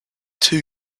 two